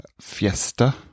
fiesta